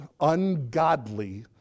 ungodly